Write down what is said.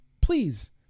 Please